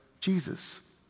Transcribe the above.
Jesus